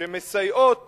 שמסייעות